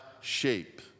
shape